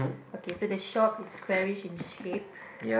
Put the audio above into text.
okay so the shop is squarish in shape